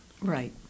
Right